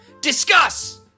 Discuss